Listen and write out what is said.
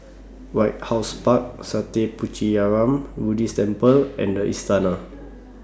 White House Park Sattha Puchaniyaram Buddhist Temple and The Istana